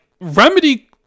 Remedy